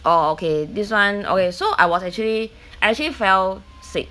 oh okay this [one] okay so I was actually I actually fell sick